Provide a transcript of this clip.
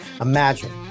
Imagine